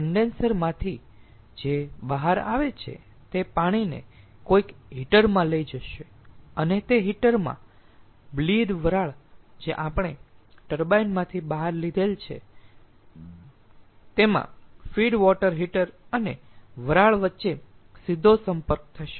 તેથી કન્ડેન્સર માંથી જે બહાર આવે છે તે પાણીને કોઈક હીટર માં લઈ જશે અને તે હીટર માં બ્લીડ વરાળ જે આપણે ટર્બાઇન માંથી બહાર લીધેલ છે તેમાં ફીડ વોટર હીટર અને વરાળ વચ્ચે સીધો સંપર્ક થશે